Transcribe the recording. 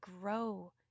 grow